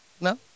No